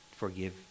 forgive